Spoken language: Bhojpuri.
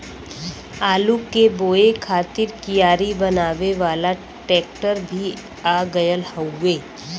आलू के बोए खातिर कियारी बनावे वाला ट्रेक्टर भी आ गयल हउवे